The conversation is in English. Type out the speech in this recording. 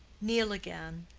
kneel again,